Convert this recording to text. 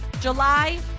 July